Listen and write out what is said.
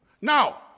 Now